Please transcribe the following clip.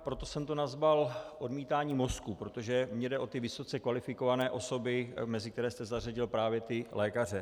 Proto jsem to nazval odmítání mozků, protože mně jde o ty vysoce kvalifikované osoby, mezi které jste zařadil právě lékaře.